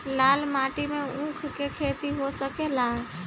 लाल माटी मे ऊँख के खेती हो सकेला?